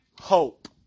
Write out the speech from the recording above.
hope